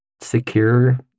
secure